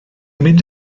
mynd